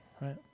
right